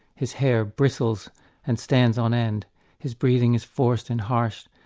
his hair bristles and stands on end his breathing is forced and harsh.